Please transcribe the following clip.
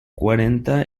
cuarenta